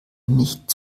nicht